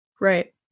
Right